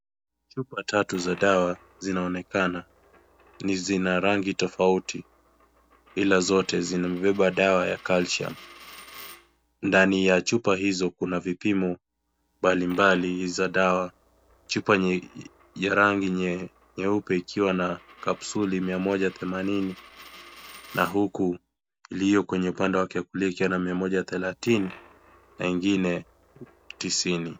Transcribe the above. Chupa tatu za dawa, zinaonekana. Ni zina rangi tofauti, ila zote zinabeba dawa ya calcium . Ndani ya chupa hizo kuna vipimo mbalimbali za dawa. Chupa ya rangi nyeupe ikiwa na kapsuli mia moja themanini, na huku iliyo kwenye upande wake wa kulia ikiwa na mia moja thelathini, na ingine tisini.